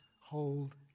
hold